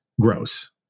gross